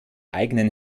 eigenen